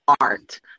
art